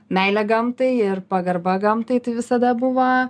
meilė gamtai ir pagarba gamtai tai visada buvo